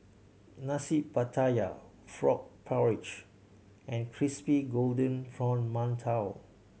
Nasi Pattaya frog porridge and crispy golden brown mantou